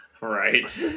Right